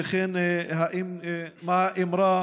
וכן מה האמרה